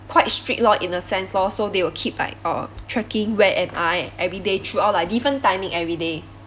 quite strict lor in a sense lor so they will keep like uh tracking where am I everyday throughout like different timing everyday